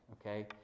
okay